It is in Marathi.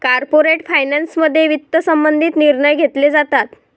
कॉर्पोरेट फायनान्समध्ये वित्त संबंधित निर्णय घेतले जातात